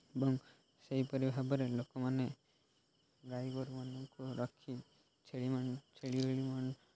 ଏବଂ ସେହିପରି ଭାବରେ ଲୋକମାନେ ଗାଈଗୋରୁମାନଙ୍କୁ ରଖି ଛେଳିମାନେ ଛେଳି